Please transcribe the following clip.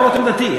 למרות עמדתי,